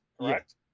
Correct